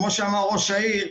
כמו שאמר ראש העיר,